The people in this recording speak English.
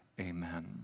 amen